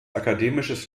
akademisches